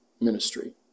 ministry